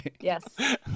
Yes